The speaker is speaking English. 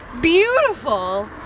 beautiful